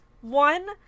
One